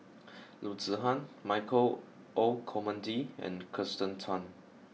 Loo Zihan Michael Olcomendy and Kirsten Tan